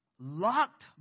Locked